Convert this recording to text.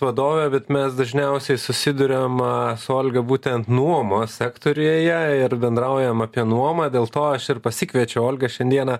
vadovė bet mes dažniausiai susiduriam su olga būtent nuomos sektoriuje ir bendraujam apie nuomą dėl to aš ir pasikviečiau olgą šiandieną